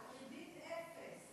גם בריבית אפס.